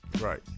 right